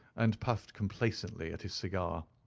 and puffed complacently at his cigar.